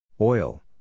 Oil